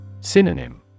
Synonym